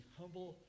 humble